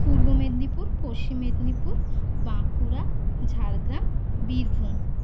Purba Medinipur Paschim Medinipur Bankura Jhargram Birbhum